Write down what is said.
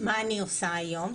מה אני עושה היום,